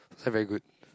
this one very good